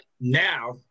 now